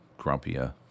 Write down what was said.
grumpier